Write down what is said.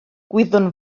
gwyddwn